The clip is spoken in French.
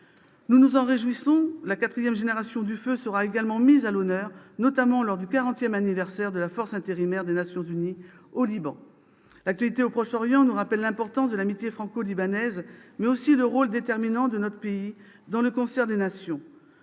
Nous nous en réjouissons. La quatrième génération du feu sera également mise à l'honneur, notamment lors du quarantième anniversaire de la force intérimaire des Nations unies au Liban. L'actualité au Proche-Orient nous rappelle l'importance de l'amitié franco-libanaise, mais aussi le rôle déterminant de notre pays dans le concert des nations.